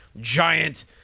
giant